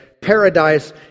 Paradise